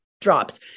drops